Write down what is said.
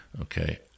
Okay